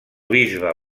bisbe